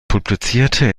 publizierte